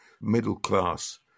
middle-class